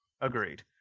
Agreed